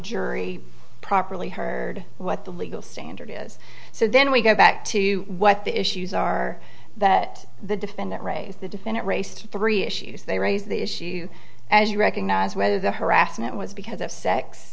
jury properly heard what the legal standard is so then we go back to what the issues are that the defendant raised the defendant race three issues they raised the issue as you recognize whether the harassment was because of